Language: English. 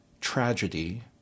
tragedy